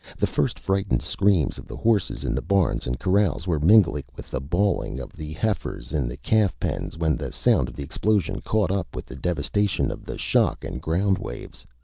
the first frightened screams of the horses in the barns and corrals were mingling with the bawling of the heifers in the calf pens when the sound of the explosion caught up with the devastation of the shock and ground waves.